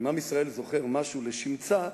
אם עם ישראל זוכר משהו לשמצה,